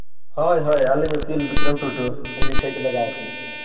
ᱦᱳᱭ ᱦᱳᱭ ᱟᱹᱞᱤᱧ ᱩᱠᱤᱞ ᱵᱤᱠᱨᱚᱢ ᱴᱩᱰᱩ ᱟᱹᱞᱤᱧ ᱴᱷᱮᱡ ᱜᱮ ᱞᱟᱜᱟᱣ ᱠᱟᱱᱟ